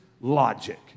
logic